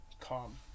Calm